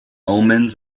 omens